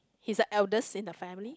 he's the eldest in the family